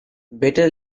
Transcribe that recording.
better